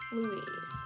Louise